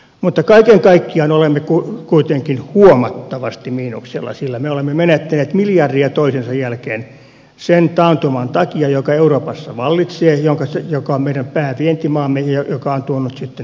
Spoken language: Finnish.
mutta kaiken kaikkiaan olemme kuitenkin huomattavasti miinuksella sillä me olemme menettäneet miljardeja toisensa jälkeen sen taantuman takia joka vallitsee euroopassa joka on meidän päävientimaamme mikä on tuonut sitten taantumaa myös tänne